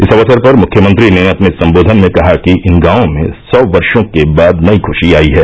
इस अवसर पर मुख्यमंत्री ने अपने सम्बोधन में कहा कि इन गांवों में सौ वर्षो के बाद नई ख्शी आई है